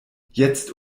jetzt